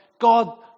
God